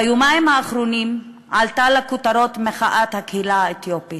ביומיים האחרונים עלתה לכותרות מחאת הקהילה האתיופית.